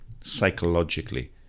psychologically